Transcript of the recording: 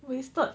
wasted